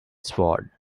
sword